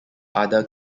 other